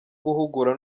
guhugura